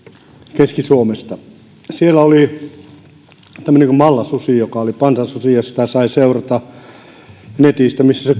keski suomesta siellä oli tämmöinen malla susi joka oli pantasusi ja netistä sai seurata missä